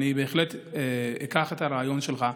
אני בהחלט אקח את הרעיון שלך,